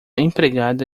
empregada